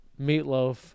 Meatloaf